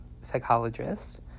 psychologist